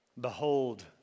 Behold